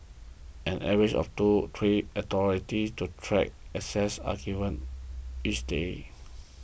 an average of two to three authorities to track access are given each day